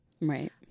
right